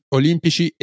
olimpici